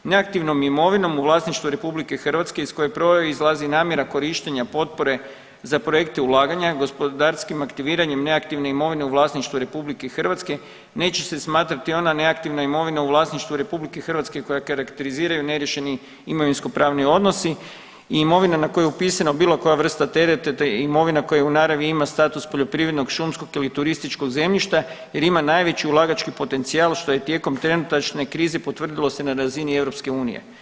Neaktivnom imovinom u vlasništvu RH iz koje proizlazi namjera korištenja potpore za projekte ulaganja, gospodarskim aktiviranjem neaktivne imovine u vlasništvu RH neće se smatrati ona neaktivna imovina u vlasništvu RH koja karakteriziraju neriješeni imovinskopravni odnosi i imovina na koju je upisano bilo koja vrsta tereta i imovina koja u naravi ima status poljoprivrednog, šumskog ili turističko zemljište jer ima najveći ulagački potencijal što je tijekom trenutačne krize potvrdilo se na razini EU.